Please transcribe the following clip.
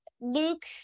Luke